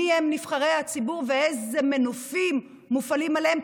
מיהם נבחרי הציבור ואילו מנופים מופעלים עליהם,